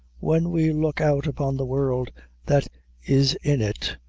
when we look out upon the world that is in it,